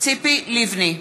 ציפי לבני,